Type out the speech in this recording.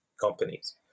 companies